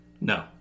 No